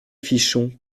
fichon